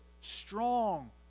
strong